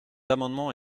amendement